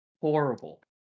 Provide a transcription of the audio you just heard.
horrible